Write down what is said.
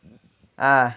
ah